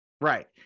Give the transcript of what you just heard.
Right